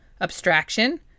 Abstraction